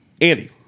Andy